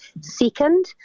Second